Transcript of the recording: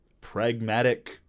pragmatic